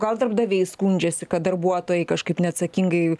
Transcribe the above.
gal darbdaviai skundžiasi kad darbuotojai kažkaip neatsakingai